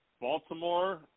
Baltimore